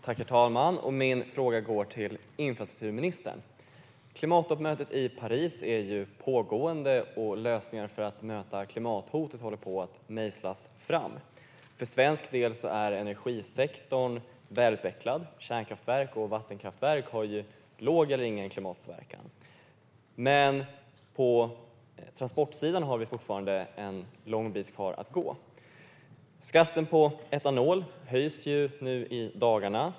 Herr talman! Min fråga går till infrastrukturministern. Klimattoppmötet i Paris är pågående, och lösningar för att möta klimathotet håller på att mejslas fram. För svensk del är energisektorn välutvecklad. Kärnkraftverk och vattenkraftverk har låg eller ingen klimatpåverkan. Men på transportsidan har vi fortfarande en lång bit kvar att gå. Skatten på etanol höjs nu i dagarna.